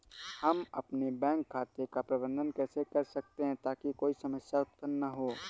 हम अपने बैंक खाते का प्रबंधन कैसे कर सकते हैं ताकि कोई समस्या उत्पन्न न हो?